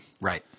Right